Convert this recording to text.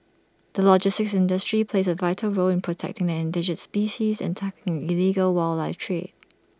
the logistics industry plays A vital role in protecting the endangered species and tackling the illegal wildlife trade